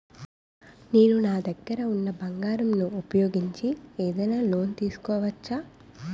నేను నా దగ్గర ఉన్న బంగారం ను ఉపయోగించి ఏదైనా లోన్ తీసుకోవచ్చా?